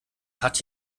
hat